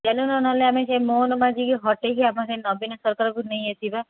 ଚାଲୁନ ନହେଲେ ଆମେ ସେ ମୋହନ ମାଝି କି ହଟାଇକି ଆମର ସେଇ ନବୀନ ସରକାରକୁ ନେଇ ଆସିବା